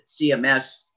CMS